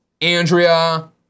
Andrea